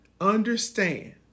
understand